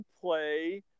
play